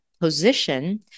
position